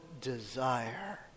desire